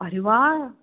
अरे वा